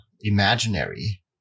imaginary